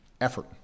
effort